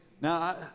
now